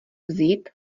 vzít